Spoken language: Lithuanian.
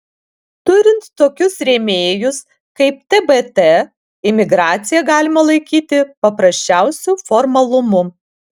turint tokius rėmėjus kaip tbt imigraciją galima laikyti paprasčiausiu formalumu